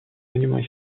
monuments